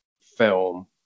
film